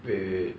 wait wait wait